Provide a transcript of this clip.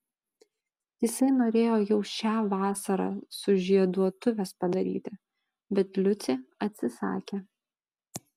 jisai norėjo jau šią vasarą sužieduotuves padaryti bet liucė atsisakė